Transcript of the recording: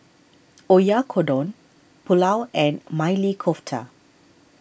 Oyakodon Pulao and Maili Kofta